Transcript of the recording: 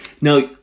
Now